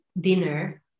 dinner